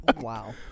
Wow